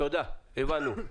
תודה, הבנו.